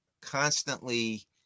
constantly